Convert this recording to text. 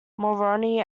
mulroney